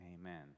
Amen